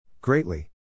Greatly